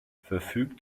verfügt